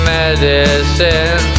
medicine